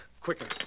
quicker